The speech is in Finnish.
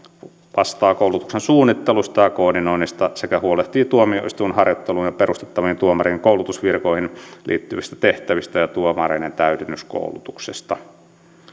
vastaa koulutuksen suunnittelusta ja koordinoinnista sekä huolehtii tuomioistuinharjoitteluun ja perustettaviin tuomarin koulutusvirkoihin liittyvistä tehtävistä ja tuomareiden täydennyskoulutuksesta